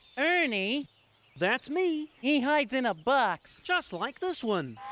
ernie that's me! he hides in a box. just like this one.